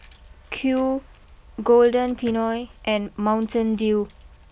Qoo Golden Peony and Mountain Dew